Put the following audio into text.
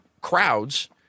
crowds